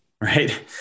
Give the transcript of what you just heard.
right